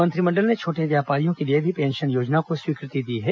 मंत्रिमंडल ने छोटे व्यापारियों के लिए भी पेंशन योजना को स्वीकृति दी है